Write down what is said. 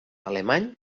alemany